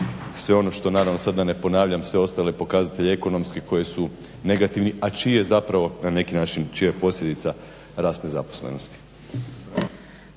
sve ono što naravno da sada ne ponavljam sve ostale pokazatelje ekonomski koji su negativni a čiji je na neki način čija je posljedica rast nezaposlenosti.